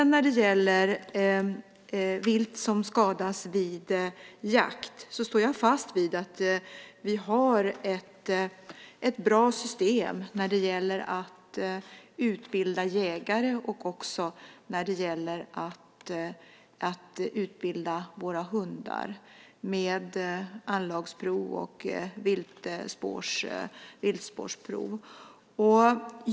När det gäller vilt som skadas vid jakt står jag fast vid att vi har ett bra system när det gäller att utbilda jägare och även när det gäller att utbilda våra hundar, med anlagsprov och viltspårsprov.